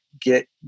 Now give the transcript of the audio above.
get